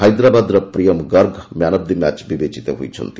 ହାଇଦ୍ରାବାଦର Priyam Garg man of the match ବିବେଚିତ ହୋଇଛନ୍ତି